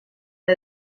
and